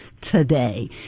today